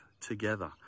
together